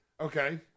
Okay